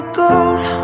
gold